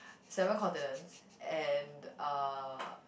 seven continents and uh